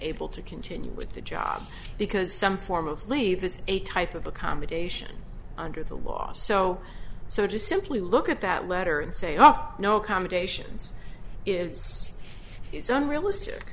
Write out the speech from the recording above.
able to continue with the job because some form of leave is a type of accommodation under the law so so just simply look at that letter and say oh no accommodations is it's unrealistic